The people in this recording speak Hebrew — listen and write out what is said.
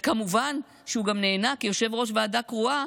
וכמובן שהוא גם נהנה, כיושב-ראש ועדה קרואה,